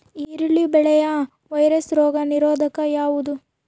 ಈರುಳ್ಳಿ ಬೆಳೆಯ ವೈರಸ್ ರೋಗ ನಿರೋಧಕ ಯಾವುದು?